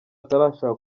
atarashaka